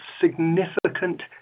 significant